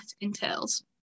entails